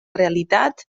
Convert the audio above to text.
realitat